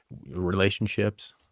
relationships